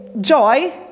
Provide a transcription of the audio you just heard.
joy